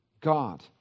God